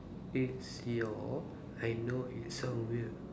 is your I know it sound weird